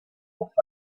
off